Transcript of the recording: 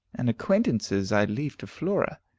and acquaintances i leave to flora,